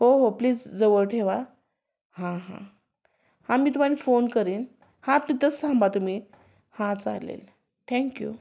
हो हो प्लीज जवळ ठेवा हां हां हां मी तुम्हाला फोन करेन हां तिथंच थांबा तुम्ही हां चालेल थँक यू